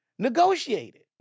Negotiated